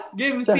game